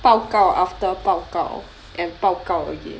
报告 after 报告 and 报告 again